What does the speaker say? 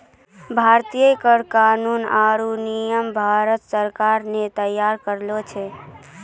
भारतीय कर कानून आरो नियम भारत सरकार ने तैयार करलो छै